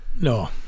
No